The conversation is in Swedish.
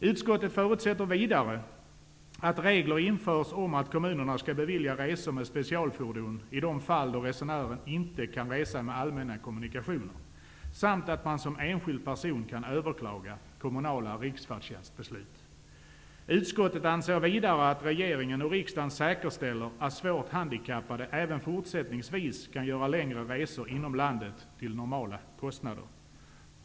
Utskottet förutsätter vidare att regler införs om att kommunerna skall bevilja resor med specialfordon i de fall då resenären inte kan resa med allmänna kommunikationer samt att man som enskild person kan överklaga kommunala riksfärdtjänstbeslut. Utskottet anser vidare att regeringen och riksdagen säkerställer att svårt handikappade även fortsättningsvis kan göra längre resor inom landet till normala kostnader.